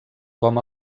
com